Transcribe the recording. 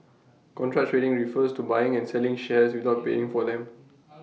contra trading refers to buying and selling shares without paying for them